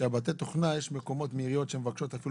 שבתי התוכנה יש מקומות מעיריות שמבקשות אפילו